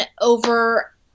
over